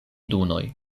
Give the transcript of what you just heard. dunoj